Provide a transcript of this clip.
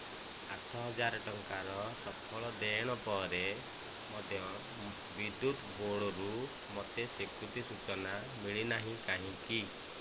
ଆଠ ହଜାର ଟଙ୍କାର ସଫଳ ଦେଣ ପରେ ମଧ୍ୟ ବିଦ୍ୟୁତ ବୋର୍ଡ଼ରୁ ମୋତେ ସ୍ଵୀକୃତି ସୂଚନା ମିଳିନାହିଁ କାହିଁକି